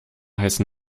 heißen